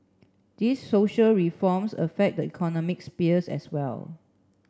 these social reforms affect the economic sphere as well